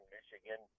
Michigan